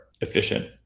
efficient